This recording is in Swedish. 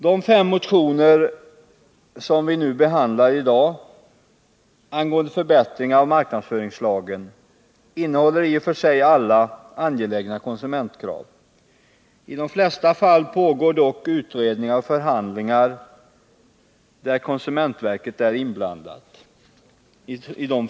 De fem motioner som vi behandlar i dag angående förbättringar av marknadsföringslagen innehåller i och för sig allihop angelägna konsumentkrav. I de flesta av de frågor motionerna tar upp pågår dock utredningar och förhandlingar, där konsumentverket är inblandat.